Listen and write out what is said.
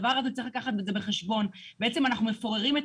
צריך לקחת את הדבר הזה בחשבון: בעצם אנחנו מפוררים את